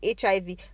HIV